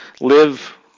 Live